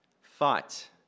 Fight